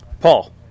Paul